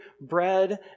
bread